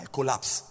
collapse